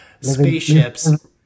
spaceships